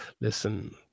Listen